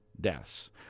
deaths